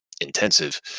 intensive